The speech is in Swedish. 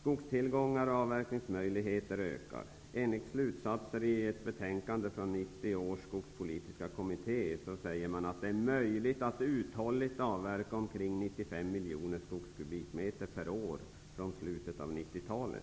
Skogstillgångar och avverkningsmöjligheter ökar. Enligt slutsatserna i ett betänkande från 1990-års skogspolitiska kommitté är det möjligt att uthålligt avverka omkring 95 miljoner skogskubikmeter per år från slutet av 90-talet.